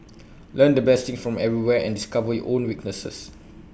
learn the best things from everyone and discover your own weaknesses